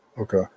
Okay